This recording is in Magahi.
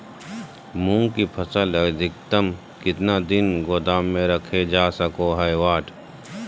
मूंग की फसल अधिकतम कितना दिन गोदाम में रखे जा सको हय?